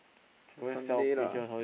Sunday lah